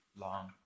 long